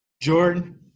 Jordan